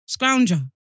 scrounger